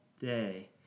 day